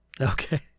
Okay